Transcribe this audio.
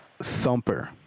Thumper